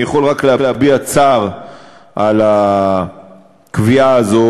אני יכול רק להביע צער על הקביעה הזאת